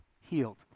Healed